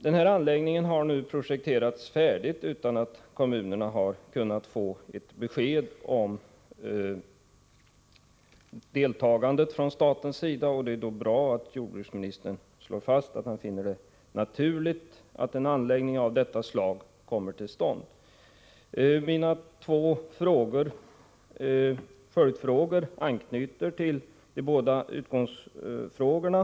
Informationsanläggningen har nu projekterats färdigt utan att kommunerna kunnat få besked om deltagandet från statens sida. Det är då bra att jordbruksministern slår fast att han finner det naturligt att en anläggning av detta slag kommer till stånd. Mina två följdfrågor anknyter till de båda ursprungliga frågorna.